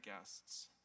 guests